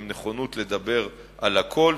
עם נכונות לדבר על הכול,